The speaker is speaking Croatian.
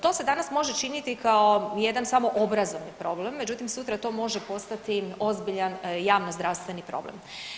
To se danas može činiti kao jedan samo obrazovni problem, međutim sutra to može postati ozbiljan javnozdravstveni problem.